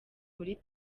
muri